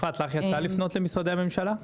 אפרת, לך יצא לפנת למשרדי הממשלה?